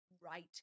right